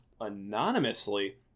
anonymously